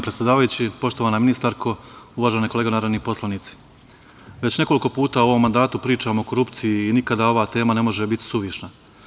Predsedavajući, poštovana ministarko, uvažene kolege narodni poslanici, već nekoliko puta u ovom mandatu pričamo o korupciji i nikada ova tema ne može biti suvišna.